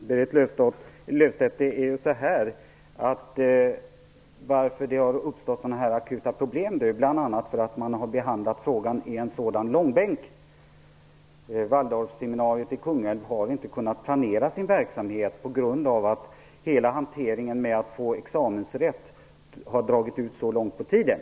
Herr talman! Berit Löfstedt, anledningen till att det har uppstått akuta problem är bl.a. att frågan har behandlats i långbänk. Waldorfseminariet i Kungälv har inte kunnat planera sin verksamhet på grund av att hela hanteringen med att få examensrätt har dragit ut så långt på tiden.